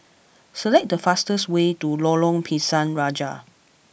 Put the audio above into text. select the fastest way to Lorong Pisang Raja